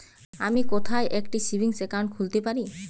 আমি কোথায় একটি সেভিংস অ্যাকাউন্ট খুলতে পারি?